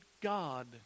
God